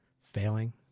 failing